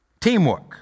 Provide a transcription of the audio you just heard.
Teamwork